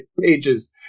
pages